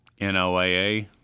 NOAA